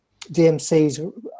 dmcs